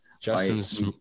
justin's